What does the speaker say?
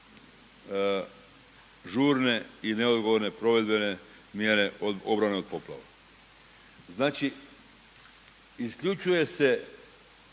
žurne i neodgovorne provedbene mjere od obrane od poplava. Znači, isključuje se